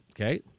okay